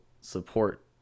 support